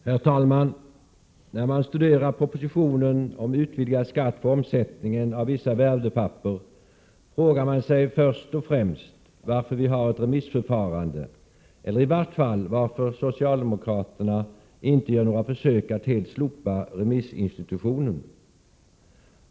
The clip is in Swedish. Herr talman! När man studerar propositionen om utvidgad skatt på omsättningen av vissa värdepapper frågar man sig först och främst varför vi har ett remissförfarande, eller i vart fall varför socialdemokraterna inte gör några försök att helt slopa remissinstitutionen.